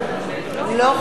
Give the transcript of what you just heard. לא חלה.